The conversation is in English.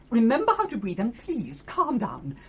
remember how to breathe and please calm down!